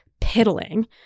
piddling